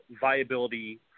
viability